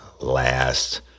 last